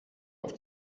auf